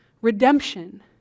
Redemption